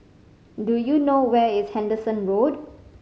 do you know where is Henderson Road